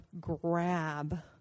grab